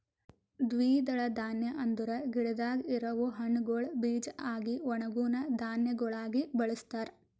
ದ್ವಿದಳ ಧಾನ್ಯ ಅಂದುರ್ ಗಿಡದಾಗ್ ಇರವು ಹಣ್ಣುಗೊಳ್ ಬೀಜ ಆಗಿ ಒಣುಗನಾ ಧಾನ್ಯಗೊಳಾಗಿ ಬಳಸ್ತಾರ್